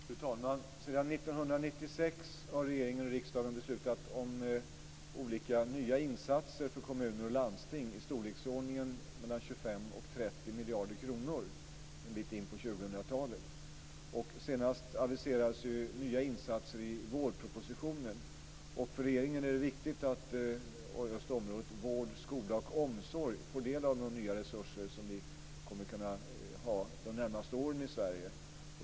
Fru talman! Sedan 1996 har regering och riksdag beslutat om olika nya insatser för kommuner och landsting på i storleksordningen 25-30 miljarder kronor en bit in på 2000-talet. Senast aviserades nya insatser i vårpropositionen. För regeringen är det viktigt att just områdena vård, skola och omsorg får del av de nya resurser som vi kommer att kunna ha de närmaste åren i Sverige.